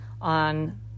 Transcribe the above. on